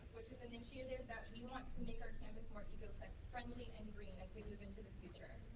which is an initiative that, we want to make our campus more eco-friendly and green as we move into the future.